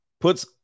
puts